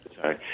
Sorry